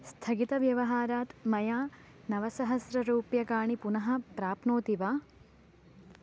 स्थगितव्यवहारात् मया नवसहस्ररूप्यकाणि पुनः प्राप्नोति वा